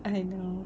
I know